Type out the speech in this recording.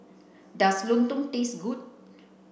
does Lontong taste good